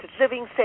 living